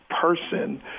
person